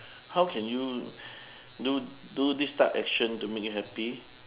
how can you do do this type action to make you happy